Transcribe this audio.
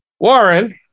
Warren